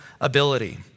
ability